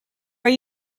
are